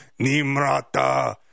Nimrata